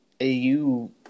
AU